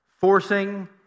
forcing